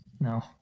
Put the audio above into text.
No